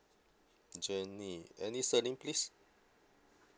jenny any surname please